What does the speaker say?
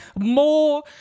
more